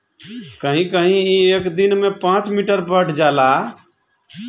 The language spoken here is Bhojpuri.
कहीं कहीं ई एक दिन में पाँच मीटर बढ़ जाला